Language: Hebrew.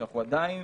שאנחנו עדיין,